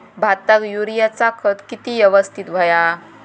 भाताक युरियाचा खत किती यवस्तित हव्या?